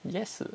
yes